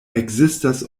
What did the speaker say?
ekzistas